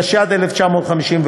התשי"ד 1954,